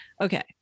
Okay